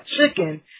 chicken